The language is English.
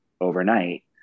overnight